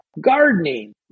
gardening